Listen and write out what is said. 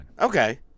Okay